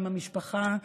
עם המשפחה.